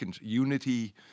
unity